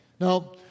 now